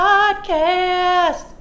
Podcast